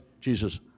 Jesus